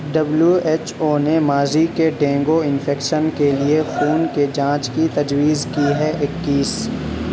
W H O نے ماضی کے ڈینگیو انفیکشن کے لیے خون کے جانچ کی تجویز کی ہے اکیس